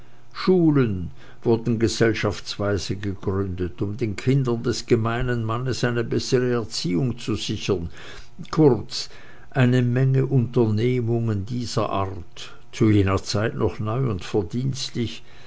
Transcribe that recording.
schulen wurden gesellschaftsweise gegründet um den kindern des gemeinen mannes eine bessere erziehung zu sichern kurz eine menge unternehmungen dieser art zu jener zeit noch neu und verdienstlich